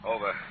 Over